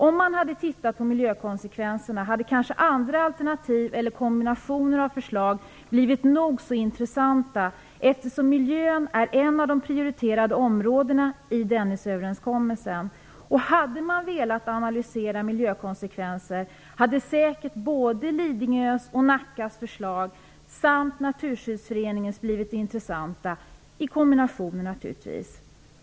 Om man hade tittat på miljökonsekvenserna hade kanske andra alternativ eller kombinationer av förslag blivit nog så intressanta, eftersom miljön är ett av de prioriterade områdena i Dennisöverenskommelsen. Och hade man velat analysera miljökonsekvenserna hade säkert både Lidingös och Nackas förslag samt Naturskyddsföreningens förslag blivit intressanta, naturligtvis i kombination.